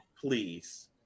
Please